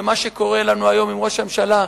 ומה שקורה לנו היום עם ראש הממשלה,